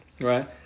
right